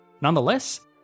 Nonetheless